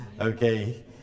Okay